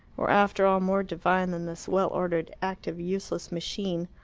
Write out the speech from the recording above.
were after all more divine than this well-ordered, active, useless machine.